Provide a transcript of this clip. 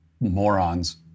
morons